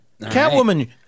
Catwoman